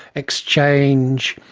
exchange,